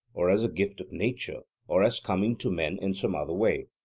or as a gift of nature, or as coming to men in some other way?